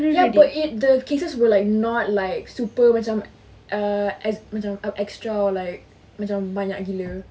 ya but it like the cases are not like super macam uh as macam extra like macam banyak gila